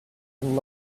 and